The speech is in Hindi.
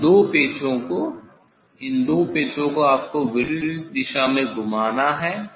इन दो पेंचों को इन दो पेंचों को आपको विपरीत दिशा में घुमाना है